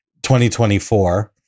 2024